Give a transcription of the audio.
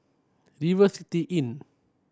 River City Inn